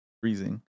freezing